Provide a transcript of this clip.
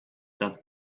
that